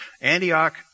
Antioch